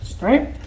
right